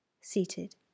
seated